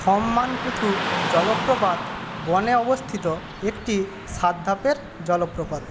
থমমান কুথু জলপ্রপাত বনে অবস্থিত একটি সাত ধাপের জলপ্রপাত